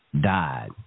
died